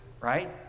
right